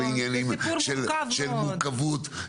זה סיפור מורכב מאוד.